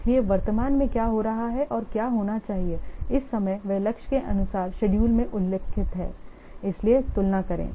इसलिए वर्तमान में क्या हो रहा है और क्या होना चाहिए इस समय वे लक्ष्य के अनुसार शेडूल में उल्लिखित हैं इसलिए तुलना करें